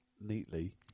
neatly